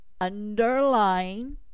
underlying